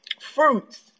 fruits